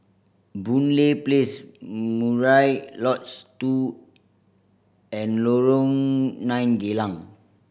Boon Lay Place Murai Lodge twoand Lorong Nine Geylang